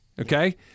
okay